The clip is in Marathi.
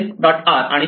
r आणि सेल्फ